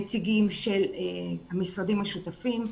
נציגים של המשרדים השותפים,